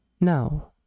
now